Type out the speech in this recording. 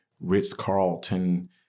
Ritz-Carlton